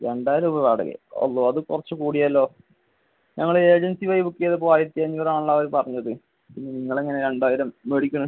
രണ്ടായിരം രൂപ വാടകയോ അള്ളോ അത് കുറച്ച് കൂടിയല്ലോ ഞങ്ങൾ ഏജൻസി വഴി ബുക്ക് ചെയ്തപ്പോൾ ആയിരത്തി അഞ്ഞൂറാണല്ലോ അവർ പറഞ്ഞത് പിന്നെ നിങ്ങൾ എങ്ങനെ രണ്ടായിരം മേടിക്കുന്നു